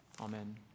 Amen